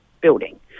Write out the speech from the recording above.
building